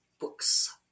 books